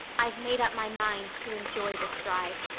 i've made up my mind to enjoy this drive.